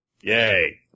Yay